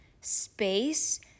space